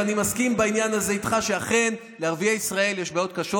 ואני מסכים איתך בעניין הזה שאכן לערביי ישראל יש בעיות קשות,